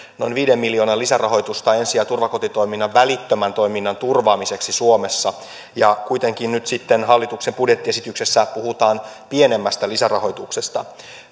noin viiden miljoonan lisärahoitusta ensi ja turvakotitoiminnan välittömän toiminnan turvaamiseksi suomessa ja kuitenkin nyt sitten hallituksen budjettiesityksessä puhutaan pienemmästä lisärahoituksesta